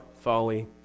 folly